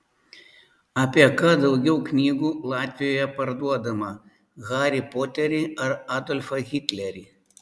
apie ką daugiau knygų latvijoje parduodama harį poterį ar adolfą hitlerį